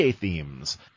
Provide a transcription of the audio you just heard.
Themes